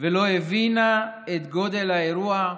ולא הבינה את גודל האירוע,